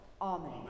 Amen